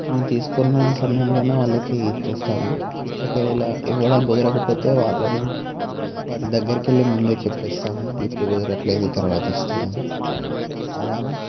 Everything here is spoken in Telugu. మనం తీసుకున్న సమయంలోనే వాళ్ళకి ఇచ్చేస్తాము ఒకవేళ ఇవ్వడం కుదరకపోతే వాళ్లని వారి దగ్గరికి వెళ్ళి ముందే చెప్పేస్తాం ఇప్పుడు కుదరట్లేదు తర్వాత ఇస్తామని అలానే